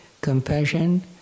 compassion